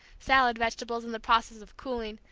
salad vegetables in the process of cooling,